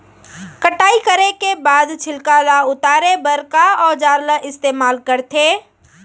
कटाई करे के बाद छिलका ल उतारे बर का औजार ल इस्तेमाल करथे?